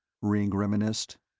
ringg reminisced.